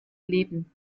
leben